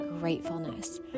gratefulness